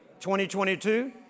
2022